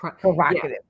Provocative